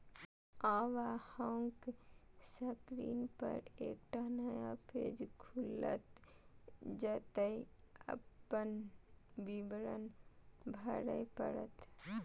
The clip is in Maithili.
आब अहांक स्क्रीन पर एकटा नया पेज खुलत, जतय अपन विवरण भरय पड़त